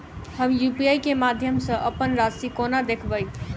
हम यु.पी.आई केँ माध्यम सँ अप्पन राशि कोना देखबै?